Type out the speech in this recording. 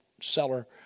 seller